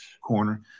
corner